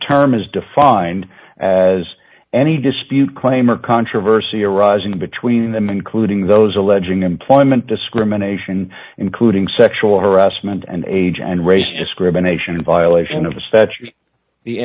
term is defined as any dispute claim or controversy arising between them including those alleging employment discrimination including sexual harassment and age and race discrimination in violation of the